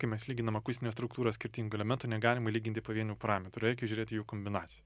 kai mes lyginam akustinę struktūrą skirtingų elementų negalima lyginti pavienių parametrų reikia žiūrėt į jų kombinaciją